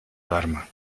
alarma